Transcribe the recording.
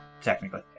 technically